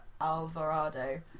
Alvarado